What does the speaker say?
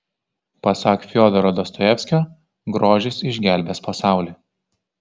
pasak fiodoro dostojevskio grožis išgelbės pasaulį